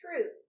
true